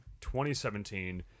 2017